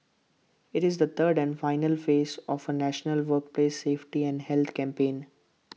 IT is the third and final phase of A national workplace safety and health campaign